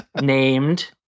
named